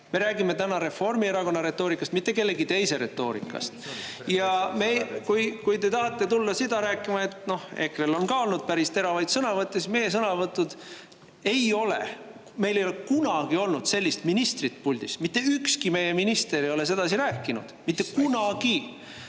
Me räägime täna Reformierakonna retoorikast, mitte kellegi teise retoorikast. Ja kui te tahate tulla seda rääkima, et EKRE-l on ka olnud päris teravaid sõnavõtte, siis meie sõnavõtud ei ole … meil ei ole kunagi olnud sellist ministrit puldis, mitte ükski meie minister ei ole sedasi rääkinud, mitte kunagi.